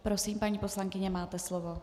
Prosím, paní poslankyně, máte slovo.